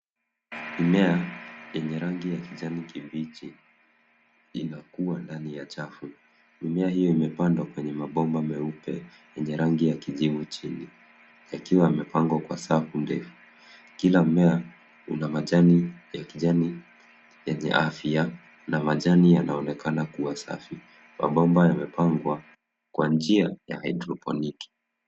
Mimea yenye rangi ya kijani kibichi inakua ndani ya chafu. Mimea hiyo imepandwa kwenye mabomba meupe yenye rangi ya kijivu chini yakiwa yamepangwa kwa safu ndefu. Kila mmea una majani ya kijani yenye afya na majani yanaonekana kuwa safi. Mabomba yamepangwa kwa njia ya haidroponiki.